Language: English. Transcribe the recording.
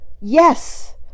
yes